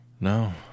No